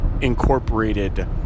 incorporated